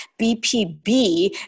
BPB